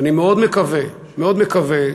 ואני מאוד מקווה, מאוד מקווה,